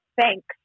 thanks